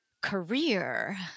career